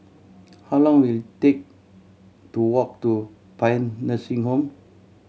how long will it take to walk to Paean Nursing Home